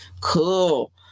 Cool